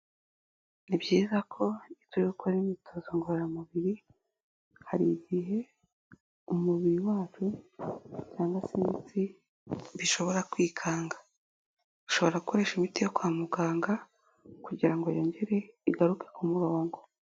Ni byiza ko turi gukora imyitozo ngororamubiri, hari igihe umubiri wacu cyangwa se imitsi bishobora kwikanga, ushobora gukoresha imiti yo kwa muganga kugira ngo yongere igaruke ku murongo.